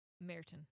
Merton